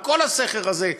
על כל הסכר הזה,